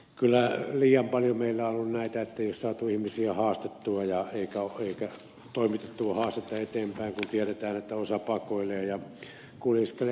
kyllä liian paljon meillä on ollut näitä tapauksia että ei ole saatu ihmisiä haastettua eikä toimitettua haastetta eteenpäin kun tiedetään että osa pakoilee ja kuljeskelee